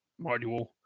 module